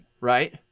Right